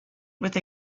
with